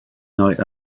night